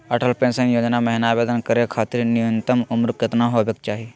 Atal pension योजना महिना आवेदन करै खातिर न्युनतम उम्र केतना होवे चाही?